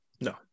No